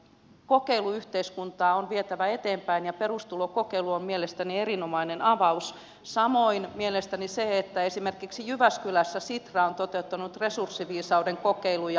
kokeiluyhteiskuntaa on vietävä eteenpäin ja perustulokokeilu on mielestäni erinomainen avaus samoin mielestäni se että esimerkiksi jyväskylässä sitra on toteuttanut resurssiviisauden kokeiluja